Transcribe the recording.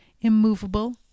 immovable